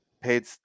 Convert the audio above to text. paid